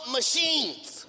machines